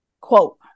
Quote